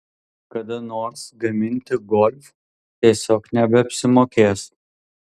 kada nors gaminti golf tiesiog nebeapsimokės